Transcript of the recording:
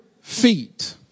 feet